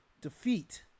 Defeat